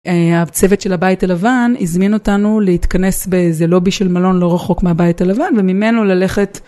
הצוות של הבית הלבן הזמין אותנו להתכנס באיזה לובי של מלון לא רחוק מהבית הלבן וממנו ללכת